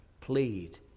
plead